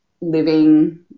living